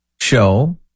show